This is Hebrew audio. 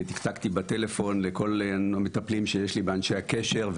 ותקתקתי בטלפון לכל המטפלים שיש לי באנשי הקשר,